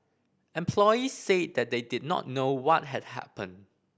employees said they did not know what had happened